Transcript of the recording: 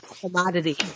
commodity